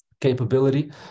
capability